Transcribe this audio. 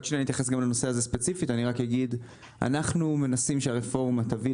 אנחנו מנסים שהרפורמה תביא,